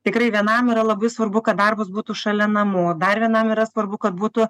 tikrai vienam yra labai svarbu kad darbas būtų šalia namų dar vienam yra svarbu kad būtų